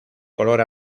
color